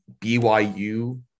BYU